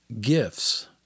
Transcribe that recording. gifts